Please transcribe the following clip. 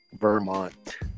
vermont